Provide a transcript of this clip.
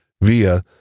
via